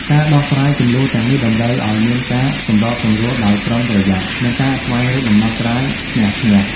ការដោះស្រាយជម្លោះទាំងនេះតម្រូវឲ្យមានការសម្របសម្រួលដោយប្រុងប្រយ័ត្ន និងការស្វែងរកដំណោះស្រាយឈ្នះ-ឈ្នះ។